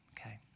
okay